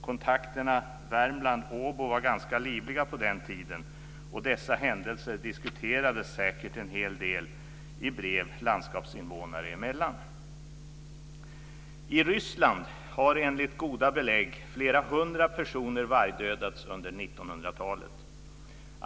Kontakterna mellan Värmland och Åbo var ganska livliga på den tiden, och dessa händelser diskuterades säkert en hel del i brev landskapsinvånare emellan. I Ryssland har enligt goda belägg flera hundra personer vargdödats under 1900-talet.